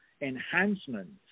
enhancements